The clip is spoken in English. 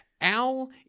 Al